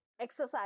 exercise